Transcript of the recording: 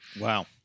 wow